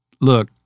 look